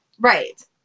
right